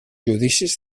judicis